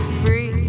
free